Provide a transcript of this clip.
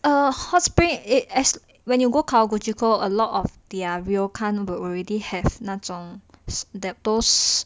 err hot spring as when you go kawaguchiko a lot of their ryokan would already have 那种 toast